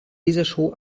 lasershow